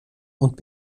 und